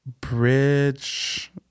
Bridge